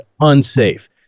unsafe